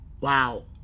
Wow